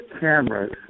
cameras